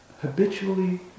habitually